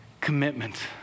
commitment